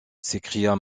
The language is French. s’écria